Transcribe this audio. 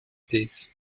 peace